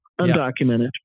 undocumented